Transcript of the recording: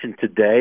today